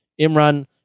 imran